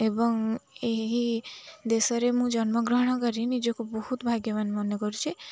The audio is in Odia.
ଏବଂ ଏହି ଦେଶରେ ମୁଁ ଜନ୍ମଗ୍ରହଣ କରି ନିଜକୁ ବହୁତ ଭାଗ୍ୟବାନ ମନେ କରୁଛି